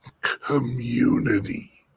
community